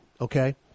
okay